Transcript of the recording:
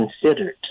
considered